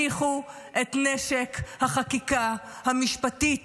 הניחו את נשק החקיקה המשפטית.